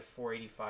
485